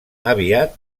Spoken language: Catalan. aviat